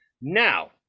Now